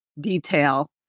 detail